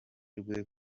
rwe